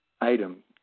item